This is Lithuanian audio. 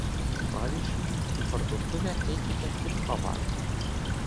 pavyzdžiui į parduotuvę eikite tik pavalgę